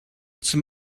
zum